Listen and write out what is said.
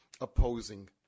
opposing